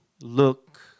look